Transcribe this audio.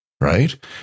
Right